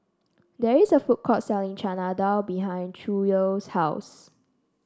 there is a food court selling Chana Dal behind Schuyler's house